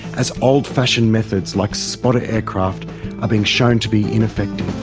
as old-fashioned methods like spotter aircraft are being shown to be ineffective.